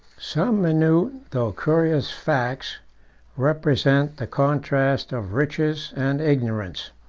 some minute though curious facts represent the contrast of riches and ignorance.